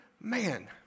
man